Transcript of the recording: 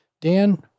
Dan